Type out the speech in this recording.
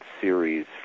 series